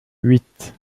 huit